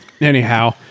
Anyhow